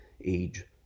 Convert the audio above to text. age